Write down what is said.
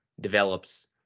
develops